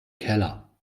keller